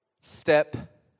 Step